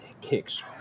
kicks